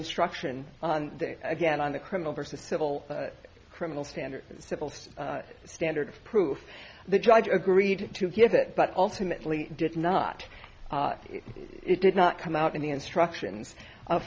instruction on again on the criminal versus civil criminal standard civil standard of proof the judge agreed to give it but ultimately did not it did not come out in the instructions o